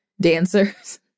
dancers